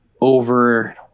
over